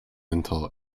until